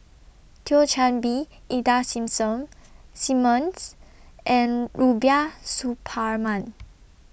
Thio Chan Bee Ida Simmons and Rubiah Suparman